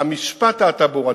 המשפט התעבורתי,